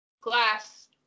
Glass